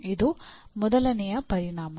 ಇದು ಮೊದಲನೆಯ ಪರಿಣಾಮ